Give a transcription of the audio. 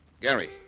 Gary